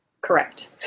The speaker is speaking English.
Correct